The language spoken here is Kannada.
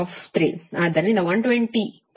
08 ಕೋನ 0 ಡಿಗ್ರಿ KV